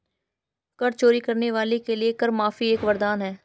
कर चोरी करने वालों के लिए कर माफी एक वरदान है